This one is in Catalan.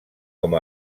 com